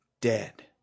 dead